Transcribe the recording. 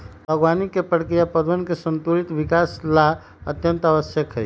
बागवानी के प्रक्रिया पौधवन के संतुलित विकास ला अत्यंत आवश्यक हई